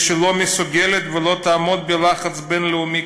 והיא לא מסוגלת ולא תעמוד בלחץ בין-לאומי